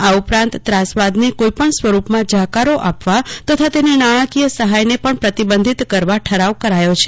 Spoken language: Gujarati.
આ ઉપરાંત ત્રાસવાદને કોઇ પણ સ્વરૂપમાં જાકારો આપવા તથા તેને નાણાકીય સહાયને પણ પ્રતિબંધિત કરવા ઠરાવ કર્યો છે